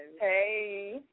Hey